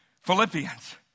Philippians